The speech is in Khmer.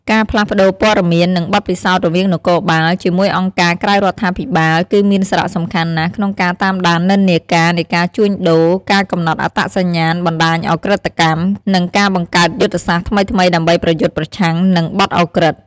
ការផ្លាស់ប្ដូរព័ត៌មាន និងបទពិសោធន៍រវាងនគរបាល ជាមួយអង្គការក្រៅរដ្ឋាភិបាល គឺមានសារៈសំខាន់ណាស់ក្នុងការតាមដាននិន្នាការនៃការជួញដូរ ការកំណត់អត្តសញ្ញាណបណ្ដាញឧក្រិដ្ឋកម្ម និងការបង្កើតយុទ្ធសាស្ត្រថ្មីៗដើម្បីប្រយុទ្ធប្រឆាំងនឹងបទឧក្រិដ្ឋ។